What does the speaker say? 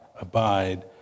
abide